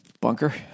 Bunker